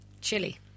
Chili